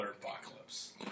apocalypse